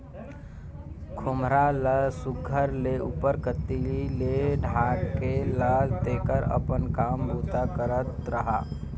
खोम्हरा ल सुग्घर ले उपर कती ले ढाएक ला तेकर अपन काम बूता करत रहा